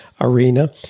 arena